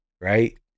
right